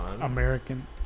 American